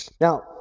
now